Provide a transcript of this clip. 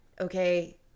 okay